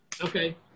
Okay